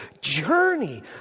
journey